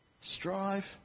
Strive